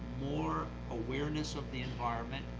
more awareness of the environment,